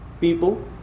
people